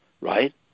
right